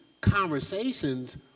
conversations